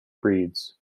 breeds